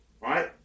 right